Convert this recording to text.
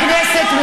מחיר למתחנחן.